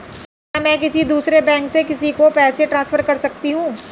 क्या मैं किसी दूसरे बैंक से किसी को पैसे ट्रांसफर कर सकती हूँ?